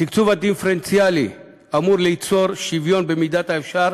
התקצוב הדיפרנציאלי אמור ליצור שוויון במידת האפשר